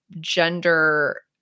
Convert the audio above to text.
gender